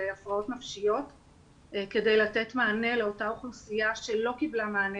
זה הפרעות נפשיות כדי לתת מענה לאותה אוכלוסייה שלא קיבלה מענה